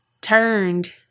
turned